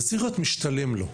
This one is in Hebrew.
זה צריך להיות משתלם לו.